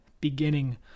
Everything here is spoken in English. beginning